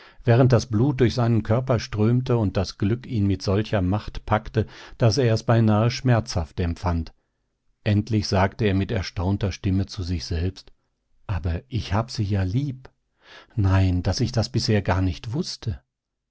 während das blut durch seinen körper strömte und das glück ihn mit solcher macht packte daß er es beinahe schmerzhaft empfand endlich sagte er mit erstaunter stimme zu sich selbst aber ich hab ja sie lieb nein daß ich das bisher gar nicht wußte